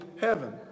heaven